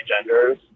genders